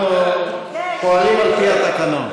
אנחנו פועלים על-פי התקנון.